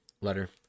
letter